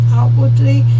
outwardly